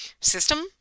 system